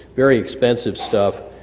very expensive stuff